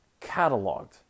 cataloged